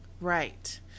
Right